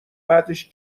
بعدش